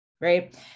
right